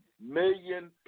million